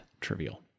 trivial